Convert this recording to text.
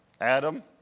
Adam